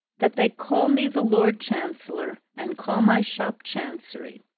that they call me the lord chancellor and call my shop chancery.